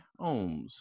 Ohms